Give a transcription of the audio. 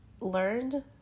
learned